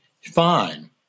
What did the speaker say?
fine